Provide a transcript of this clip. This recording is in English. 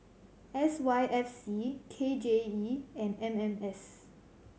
S Y F C K J E and M M S